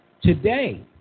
today